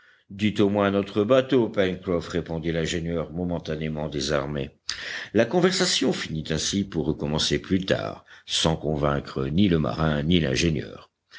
dites au moins notre bateau pencroff répondit l'ingénieur momentanément désarmé la conversation finit ainsi pour recommencer plus tard sans convaincre ni le marin ni l'ingénieur